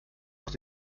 noch